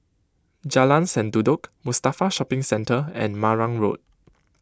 Jalan Sendudok Mustafa Shopping Centre and Marang Road